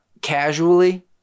casually